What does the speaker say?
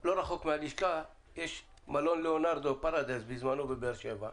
לא רחוק מהלשכה יש מלון לאונרדו פרדייז בזמנו בבא שבע,